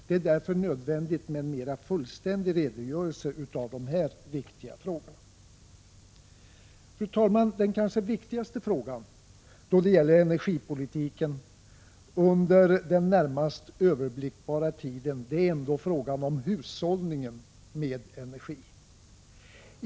Det är därför nödvändigt med en mer fullständig redogörelse för de här viktiga frågorna. Fru talman! Den kanske viktigaste frågan då det gäller energipolitiken under den närmast överblickbara tiden är ändå frågan om hushållningen med energi.